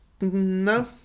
No